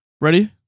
Ready